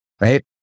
right